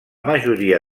majoria